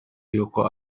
yuko